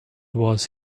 was